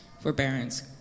forbearance